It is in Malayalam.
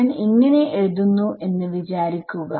ഞാൻ ഇങ്ങനെ എഴുതുന്നു എന്ന് വിചാരിക്കുക